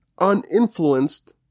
uninfluenced